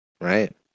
Right